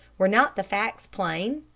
were not the facts plain?